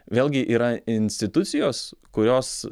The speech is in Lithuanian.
vėlgi yra institucijos kurios